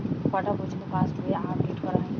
কটা পযর্ন্ত পাশবই আপ ডেট করা হয়?